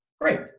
Great